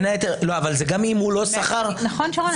גם אם הוא לא סחר?